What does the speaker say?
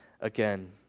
again